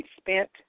spent